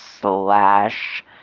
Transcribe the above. slash